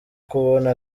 kubona